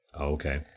okay